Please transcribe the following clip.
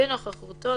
בנוכחותו,